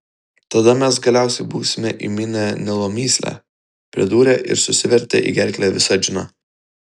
tada mes galiausiai būsime įminę nilo mįslę pridūrė ir susivertė į gerklę visą džiną